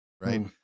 right